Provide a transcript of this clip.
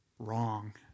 wrong